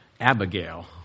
Abigail